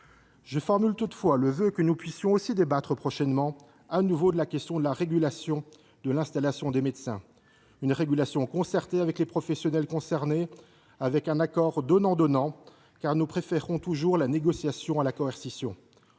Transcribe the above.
Je forme toutefois le vœu que nous puissions aussi débattre prochainement, de nouveau, de la question de la régulation de l’installation des médecins, une régulation concertée avec les professionnels concernés, selon un accord donnant donnant, car nous préférerons toujours la négociation à la coercition.